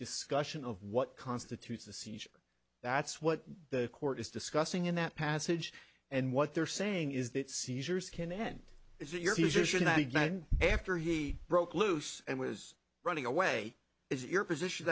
discussion of what constitutes a seizure that's what the court is discussing in that passage and what they're saying is that seizures can end is that your position after he broke loose and was running away is your position